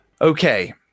Okay